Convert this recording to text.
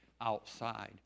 outside